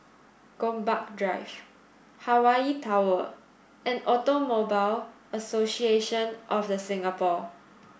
Gombak Drive Hawaii Tower and Automobile Association of The Singapore